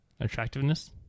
Attractiveness